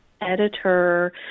editor